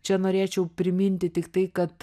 čia norėčiau priminti tik tai kad